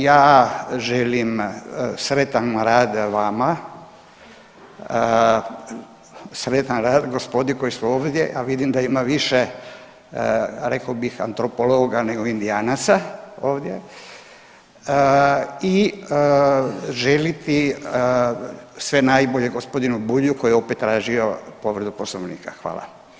Ja želim sretan rad vama, sretan rad gospodi koja su ovdje, a vidim da ima više, rekao bih antropologa nego Indijanaca ovdje i želiti sve najbolje g. Bulju koji je opet tražio povredu Poslovnika, hvala.